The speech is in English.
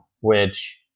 Which-